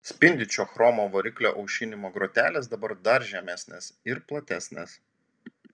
spindinčio chromo variklio aušinimo grotelės dabar dar žemesnės ir platesnės